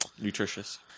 nutritious